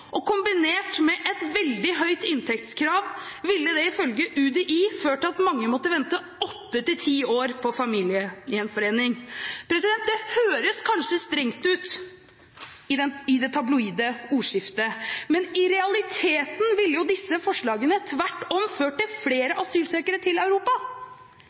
og kombinert med et veldig høyt inntektskrav ville det, ifølge UDI, ført til at mange måtte vente 8–10 år på familiegjenforening. Det høres kanskje strengt ut i det tabloide ordskiftet, men i realiteten ville disse forslagene tvert om ført til flere asylsøkere til Europa.